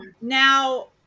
Now